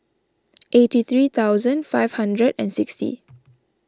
eighty three thousand five hundred and sixty